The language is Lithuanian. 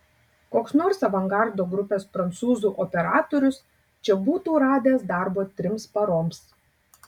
koks nors avangardo grupės prancūzų operatorius čia būtų radęs darbo trims paroms